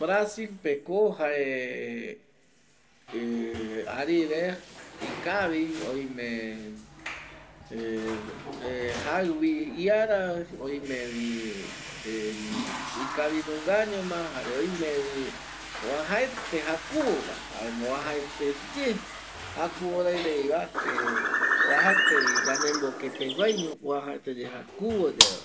Brasilpeko jae arire ikavi oime jaɨvi iara oimevi ikavi nungañoma jare oimevi oajaete jakuvova jaema oajaeteye jakuvo rairaiva oajaetevi yande mbokepeguaiño oajaeteye jakuvoyaeva